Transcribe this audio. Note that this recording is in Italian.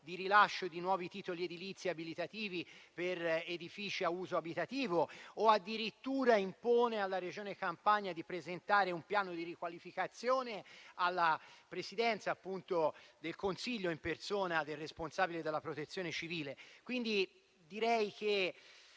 di rilascio di nuovi titoli edilizi abilitativi per edifici a uso abitativo o addirittura impone alla Regione Campania di presentare un piano di riqualificazione alla Presidenza del Consiglio, nella persona del responsabile della Protezione civile.